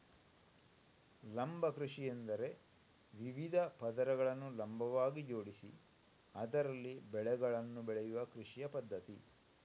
ಲಂಬ ಕೃಷಿಯೆಂದರೆ ವಿವಿಧ ಪದರಗಳನ್ನು ಲಂಬವಾಗಿ ಜೋಡಿಸಿ ಅದರಲ್ಲಿ ಬೆಳೆಗಳನ್ನು ಬೆಳೆಯುವ ಕೃಷಿಯ ಪದ್ಧತಿ